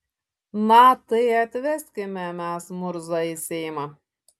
na tai atveskime mes murzą į seimą